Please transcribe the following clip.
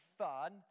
fun